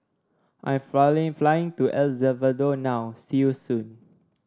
I am flying to El Salvador now see you soon